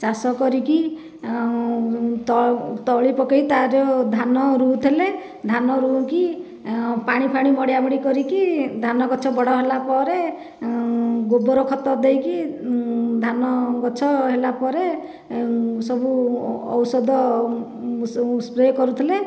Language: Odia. ଚାଷ କରିକି ତ ତଳି ପକାଇ ତାର ଧାନ ରୋଉ ଥିଲେ ଧାନ ରୋଇକି ପାଣି ଫାଣୀ ମଡ଼ିଆ ମଡ଼ି କରିକି ଧାନ ଗଛ ବଡ଼ ହେଲା ପରେ ଗୋବର ଖତ ଦେଇକି ଧାନ ଗଛ ହେଲାପରେ ସବୁ ଔଷଧ ସ୍ପ୍ରେ କରୁଥିଲେ